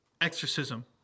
exorcism